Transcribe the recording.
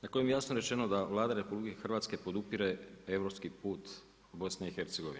Na kojem je jasno rečeno da Vlada RH podupire europski put BIH.